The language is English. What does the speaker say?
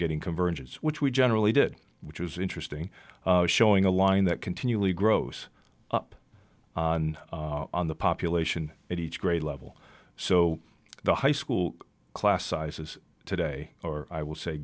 getting convergence which we generally did which was interesting showing a line that continually grows up on the population at each grade level so the high school class sizes today or i would say